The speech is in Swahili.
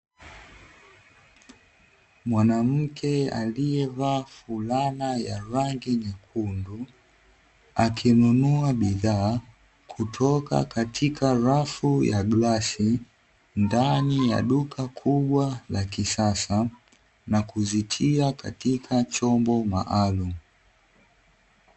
Mwanamke aliyevaa fulana ya rangi nyekundu, akinunua bidhaa kutoka katika rafu ya glasi, ndani ya duka kubwa la kisasa na kuzitia katika chombo maalumu.